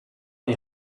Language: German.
die